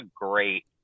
great